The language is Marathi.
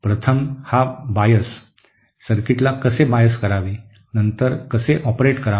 प्रथम हा बायस सर्किटला कसे बायस करावे नंतर कसे ऑपरेट करावे